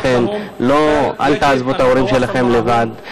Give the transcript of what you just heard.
לכן, אל תעזבו את ההורים שלכם לבד.